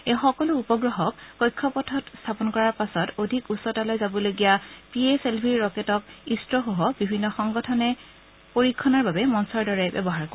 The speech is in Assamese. এই সকলো উপগ্ৰহক কক্ষপথত স্থাপন কৰাৰ পাছত অধিক উচ্চতালৈ যাবলগীয়া পি এছ এল ভিৰ ৰকেটক ইছৰসহ বিভিন্ন সংগঠনে পৰীক্ষণৰ বাবে মঞ্চৰ দৰে ব্যৱহাৰ কৰিব